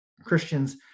Christians